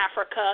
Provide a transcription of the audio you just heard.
Africa